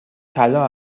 طلا